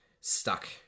stuck